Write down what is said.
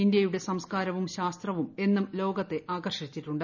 ഇന്ത്യയുടെ സംസ്കാരവും ശാസ്ത്രവും എന്നും ലോകത്തെ ആകർഷിച്ചിട്ടുണ്ട്